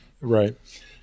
Right